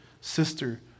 sister